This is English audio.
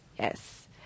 yes